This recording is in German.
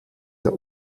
der